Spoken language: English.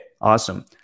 awesome